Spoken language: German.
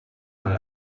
mal